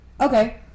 Okay